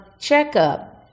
checkup